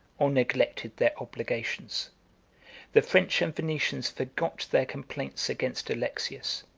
or neglected their obligations the french and venetians forgot their complaints against alexius,